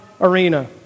arena